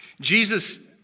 Jesus